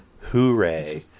Hooray